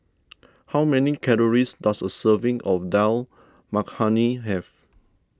how many calories does a serving of Dal Makhani have